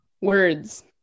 Words